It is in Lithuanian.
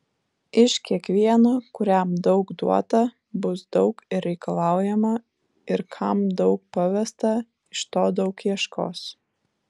iš kiekvieno kuriam daug duota bus daug ir reikalaujama ir kam daug pavesta iš to daug ieškos